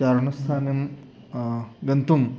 चारणस्थानं गन्तुं